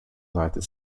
united